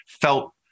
felt